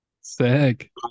Sick